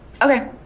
Okay